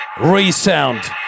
Resound